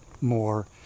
more